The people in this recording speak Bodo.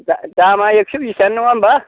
दामा एक्स' बिसआनो नङा होनबा